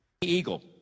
Eagle